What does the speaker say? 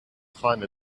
find